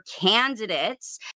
candidates